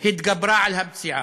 התגברה על הפציעה.